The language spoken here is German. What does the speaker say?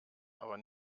aber